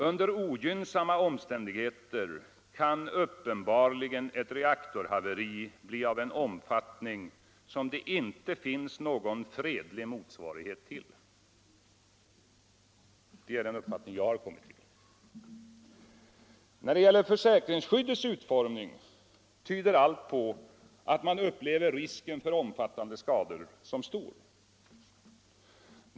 Under ogynnsamma omständigheter kan uppenbarligen ett reaktorhaveri bli av en omfattning som det inte finns någon fredlig motsvarighet till. Det är den uppfattning jag har kommit fram till. När det gäller försäkringsskyddets utformning tyder allt på att man upplever risken för omfattande skador som stor.